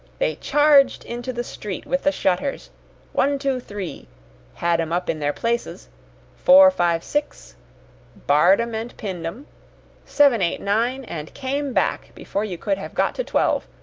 they charged into the street with the shutters one, two, three had em up in their places four, five, six barred em and pinned em seven, eight, nine and came back before you could have got to twelve,